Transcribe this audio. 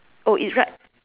oh it's right